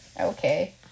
Okay